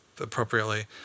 appropriately